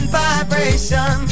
vibration